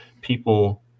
people